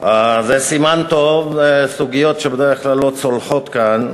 זה סימן טוב, סוגיות שבדרך כלל לא צולחות כאן.